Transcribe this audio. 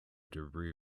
debris